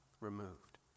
removed